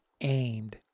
aimed